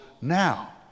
now